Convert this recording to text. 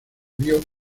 vio